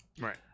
right